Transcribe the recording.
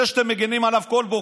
זה שאתם מגינים עליו כל בוקר.